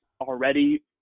already